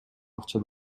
акча